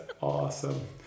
awesome